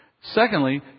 Secondly